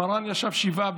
מרן ישב שבעה,